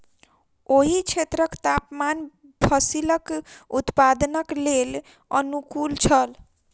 ओहि क्षेत्रक तापमान फसीलक उत्पादनक लेल अनुकूल छल